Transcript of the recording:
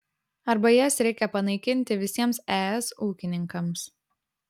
arba jas reikia panaikinti visiems es ūkininkams